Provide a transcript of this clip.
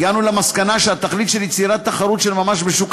הגענו למסקנה שהתכלית של יצירת תחרות של ממש בשוק